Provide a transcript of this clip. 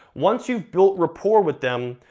once you've built rapport with them,